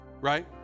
right